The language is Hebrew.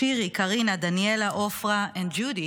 Shiri, Karina, Daniela, Ofra and Judi